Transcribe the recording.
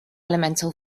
elemental